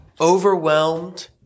overwhelmed